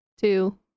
two